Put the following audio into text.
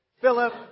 Philip